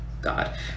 God